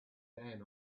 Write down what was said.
down